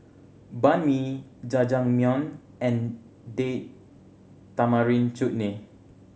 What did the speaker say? Banh Mi Jajangmyeon and Date Tamarind Chutney